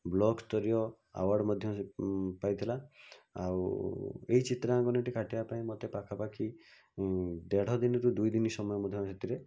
block ସ୍ତରୀୟ award ମଧ୍ୟ ସେ ପାଇଥିଲା ଆଉ ଏହି ଚିତ୍ରାଙ୍କନଟି କାଟିବା ପାଇଁ ମୋତେ ପାଖାପାଖି ଦେଢ଼ ଦିନରୁ ଦୁଇ ଦିନ ସମୟ ମଧ୍ୟ ସେଥିରେ